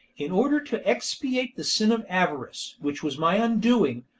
in order to expiate the sin of avarice, which was my undoing,